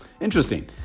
interesting